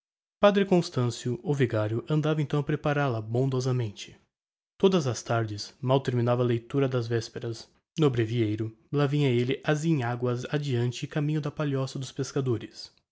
padre constancio o vigario andava então a preparal a bondosamente todas as tardes mal terminava a leitura de vesperas no breviario lá vinha elle azinhagas adeante caminho da palhoça dos pescadores